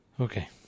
Okay